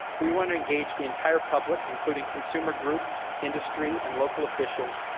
we want to engage the entire public, including consumer groups, industry, and local officials,